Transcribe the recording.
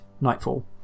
nightfall